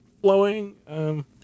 flowing